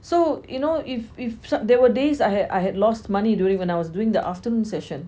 so you know if if there were days I had I had lost money during when I was doing the afternoon session